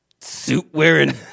suit-wearing